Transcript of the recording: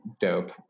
dope